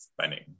spending